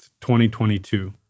2022